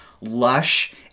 lush